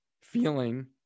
feeling